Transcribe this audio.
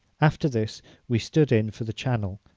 after this we stood in for the channel,